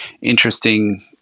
interesting